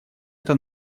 это